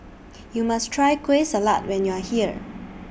YOU must Try Kueh Salat when YOU Are here